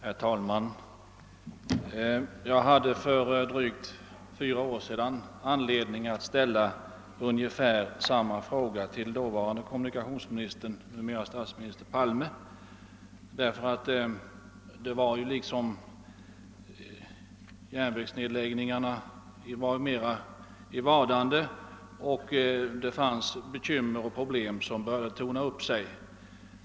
Herr talman! Jag hade för drygt fyra år sedan anledning att ställa ungefär samma fråga till dåvarande kommunikationsministern, nuvarande statsministern Palme. Järnvägsnedläggelserna var då i vardande, men bekymmer och problem började redan torna upp sig.